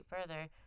further